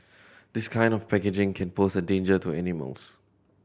this kind of packaging can pose a danger to animals